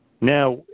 Now